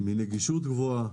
מנגישות גבוהה,